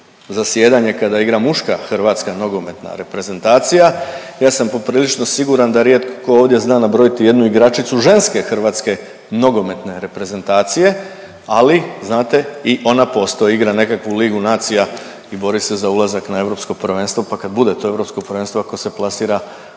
zasjedanje kada igra muška Hrvatska nogometna reprezentacija. Ja sam poprilično siguran da rijetko tko ovdje zna nabrojiti jednu igračicu ženske Hrvatske nogometne reprezentacije, ali znate i ona postoji. Igra nekakvu ligu nacija i bori se za ulazak na Europsko prvenstvo, pa kad bude to Europsko prvenstvo ako se plasira